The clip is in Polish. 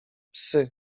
psy